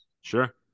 Sure